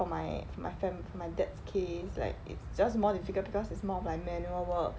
for my for my fam~ for my dad's case like it's just more difficult because it's more of like manual work